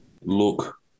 look